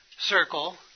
circle